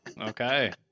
okay